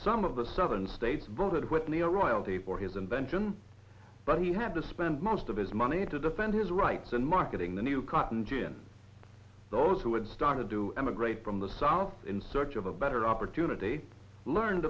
some of the southern states voted with me a royalty for his invention but he had to spend most of his money to defend his rights in marketing the new cotton gin those who had started to emigrate from the south in search of a better opportunity learned